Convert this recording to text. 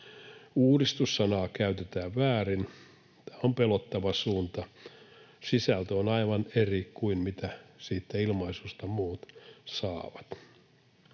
”Uudistus”-sanaa käytetään väärin. Tämä on pelottava suunta. Sisältö on aivan eri kuin mitä siitä ilmaisusta muut saavat.